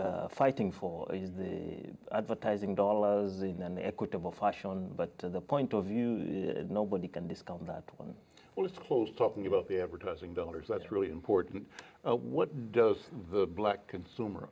still fighting for the advertising dollars in an equitable fashion to the point of view nobody can discount that well it's close talking about the advertising dollars that's really important what does the black consumer